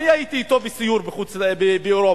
הייתי אתו בסיור באירופה.